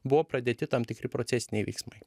buvo pradėti tam tikri procesiniai veiksmai